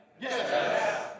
Yes